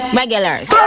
regulars